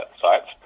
sites